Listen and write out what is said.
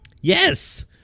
Yes